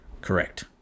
Correct